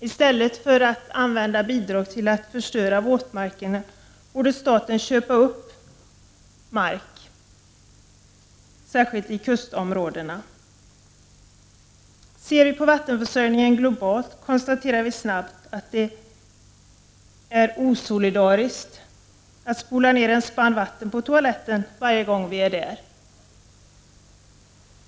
I stället för att ge bidrag till att förstöra våtmarkerna borde staten köpa upp mark, särskilt i kustområdena, och skydda den. Om man studerar vattenförsörjningen i ett globalt perspektiv kan man snabbt konstatera att det är osolidariskt att spola ner en spann vatten på toaletten varje gång vi är där.